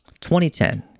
2010